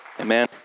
Amen